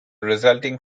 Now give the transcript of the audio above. resulting